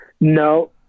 No